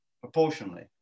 proportionally